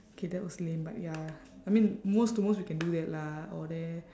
okay that was lame but ya I mean most to most we can do that lah all that